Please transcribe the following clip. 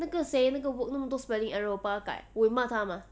那个谁那个 work 那么多 spelling error 我帮他改我有骂他吗